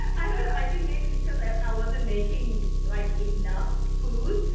i don't know i think maybe it's because i i wasn't making like enough food,